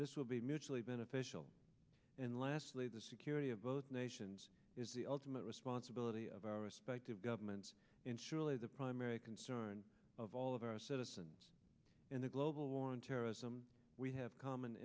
this will be mutually beneficial and lastly the security of both nations is the ultimate responsibility of our respective governments and surely the primary concern of all of our citizens in the global war on terrorism we have common